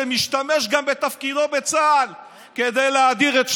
שמשתמש גם בתפקידו בצה"ל כדי להאדיר את שמו,